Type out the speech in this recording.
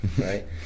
Right